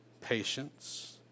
patience